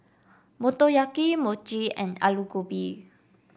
Motoyaki Mochi and Alu Gobi